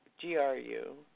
GRU